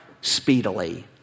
speedily